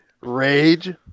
rage